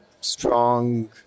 strong